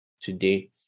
today